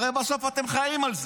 הרי בסוף אתם חיים על זה.